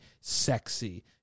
sexy